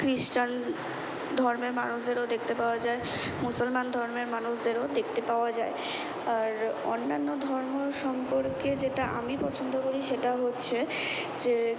Christian ধর্মের মানুষদেরও দেখতে পাওয়া যায় মুসলমান ধর্মের মানুষদেরও দেখতে পাওয়া যায় আর অন্যান্য ধর্মর সম্পর্কে যেটা আমি পছন্দ করি সেটা হচ্ছে যে